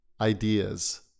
ideas